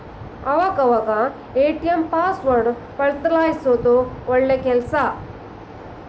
ಆವಾಗ ಅವಾಗ ATM password ಬದಲ್ಯಿಸೋದು ಒಳ್ಳೆ ಕೆಲ್ಸ